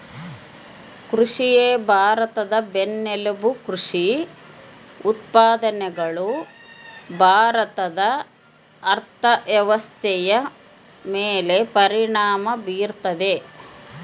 ಕೃಷಿಯೇ ಭಾರತದ ಬೆನ್ನೆಲುಬು ಕೃಷಿ ಉತ್ಪಾದನೆಗಳು ಭಾರತದ ಅರ್ಥವ್ಯವಸ್ಥೆಯ ಮೇಲೆ ಪರಿಣಾಮ ಬೀರ್ತದ